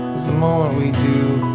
the more we do